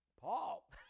Paul